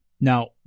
Now